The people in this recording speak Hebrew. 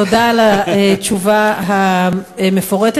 תודה על התשובה המפורטת.